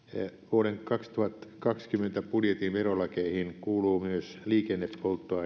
vuoden kaksituhattakaksikymmentä budjetin verolakeihin kuuluu myös liikennepolttoaineiden